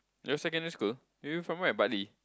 your secondary school you from where Bartley